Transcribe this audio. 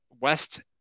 West